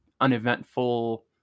uneventful